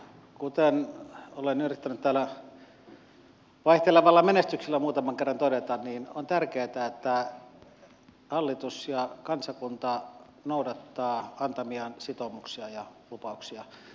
kuten olen yrittänyt täällä vaihtelevalla menestyksellä muutaman kerran todeta on tärkeätä että hallitus ja kansakunta noudattavat antamiaan sitoumuksia ja lupauksia